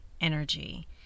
energy